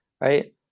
Right